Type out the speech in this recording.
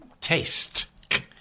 taste